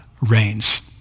reigns